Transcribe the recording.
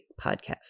podcast